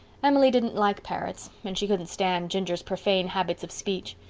emily didn't like parrots and she couldn't stand ginger's profane habits of speech.